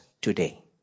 today